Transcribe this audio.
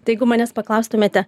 tai jeigu manęs paklaustumėte